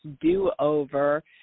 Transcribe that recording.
do-over